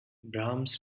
brahms